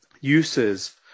uses